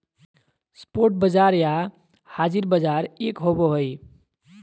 spot बाजार या हाज़िर बाजार एक होबो हइ